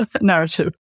narrative